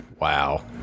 wow